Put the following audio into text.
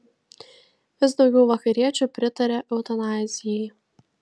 vis daugiau vakariečių pritaria eutanazijai